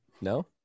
no